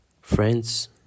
Friends